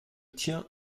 tiens